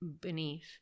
beneath